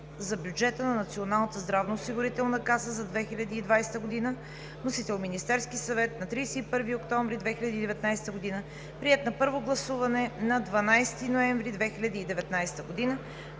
за бюджета на Националната здравноосигурителна каса за 2020 г. Вносител е Министерският съвет на 31 октомври 2019 г., приет на първо гласуване на 12 ноември 2019 г.